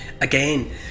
again